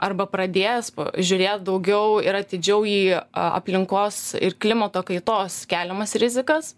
arba pradės žiūrėt daugiau ir atidžiau į a aplinkos ir klimato kaitos keliamas rizikas